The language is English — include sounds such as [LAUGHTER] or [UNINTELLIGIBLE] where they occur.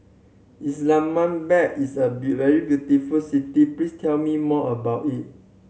Islamabad is a [UNINTELLIGIBLE] very beautiful city please tell me more about it